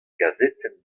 gazetenn